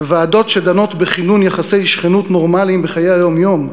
ועדות שדנות בכינון יחסי שכנות נורמליים בחיי היום-יום,